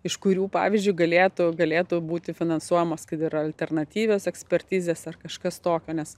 iš kurių pavyzdžiui galėtų galėtų būti finansuojamos kad ir alternatyvios ekspertizės ar kažkas tokio nes